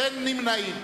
אין נמנעים.